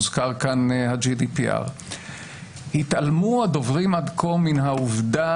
הוזכר פה ה- GDPR. התעלמו הדוברים עד כה מהעובדה